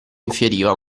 infieriva